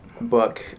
book